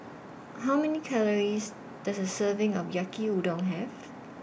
How Many Calories Does A Serving of Yaki Udon Have